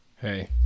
Hey